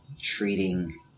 treating